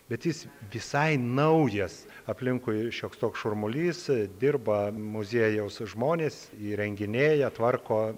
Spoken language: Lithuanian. bet jis visai naujas aplinkui šioks toks šurmulys dirba muziejaus žmonės įrenginėja tvarko